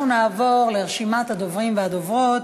אנחנו נעבור לרשימת הדוברים והדוברות.